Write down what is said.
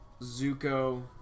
Zuko